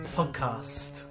podcast